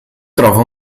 trova